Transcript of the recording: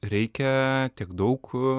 reikia tiek daug